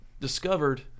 discovered